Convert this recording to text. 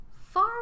far